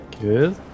good